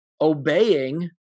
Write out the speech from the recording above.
obeying